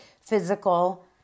physical